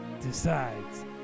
decides